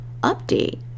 update